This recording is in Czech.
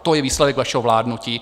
To je výsledek vašeho vládnutí.